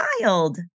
child